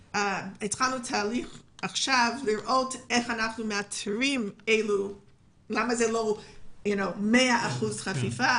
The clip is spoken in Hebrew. התחלנו עכשיו בתהליך כדי לראות אך אנחנו מאתרים ולמה זה לא 100% חפיפה,